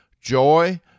joy